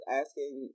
asking